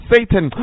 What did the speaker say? Satan